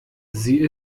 sie